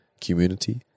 community